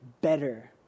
better